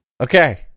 okay